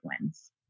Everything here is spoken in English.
wins